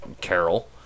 Carol